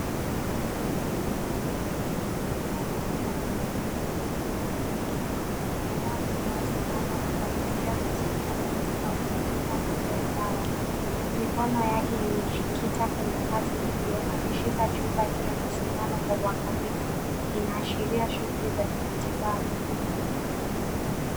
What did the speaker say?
Mfanyakazi wa afya ambaye ni nesi, amevaa barakoa ya ] blue na sare nyeupe, anajiandaa kutoa sindano kwa kujaza sindano kutoka kwenye chupa ndogo ya dawa. Mikono yake imejikita kwenye kazi hiyo akishika chupa hiyo na shindano kwa uangalifu. Inaashiria shughuli za kimatibabu.